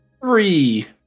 Three